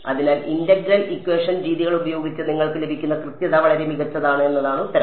അതിനാൽ integral equation രീതികൾ ഉപയോഗിച്ച് നിങ്ങൾക്ക് ലഭിക്കുന്ന കൃത്യത വളരെ മികച്ചതാണ് എന്നതാണ് ഉത്തരം